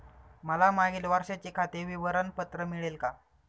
मला मागील वर्षाचे खाते विवरण पत्र मिळेल का?